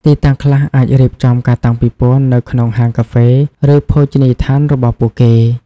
ទីតាំងខ្លះអាចរៀបចំការតាំងពិពណ៌នៅក្នុងហាងកាហ្វេ ឬភោជនីយដ្ឋានរបស់ពួកគេ។